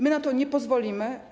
My na to nie pozwolimy.